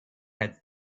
had